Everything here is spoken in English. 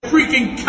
Freaking